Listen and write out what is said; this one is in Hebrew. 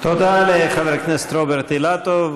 תודה לחבר הכנסת רוברט אילטוב.